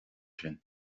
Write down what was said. sin